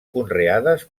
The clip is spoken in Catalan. conreades